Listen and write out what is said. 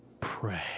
pray